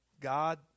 God